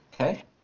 okay